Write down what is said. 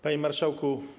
Panie Marszałku!